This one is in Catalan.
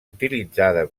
utilitzada